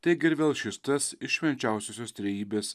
taigi ir vėl šis tas iš švenčiausiosios trejybės